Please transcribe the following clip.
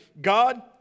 God